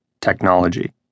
technology